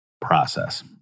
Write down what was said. process